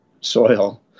soil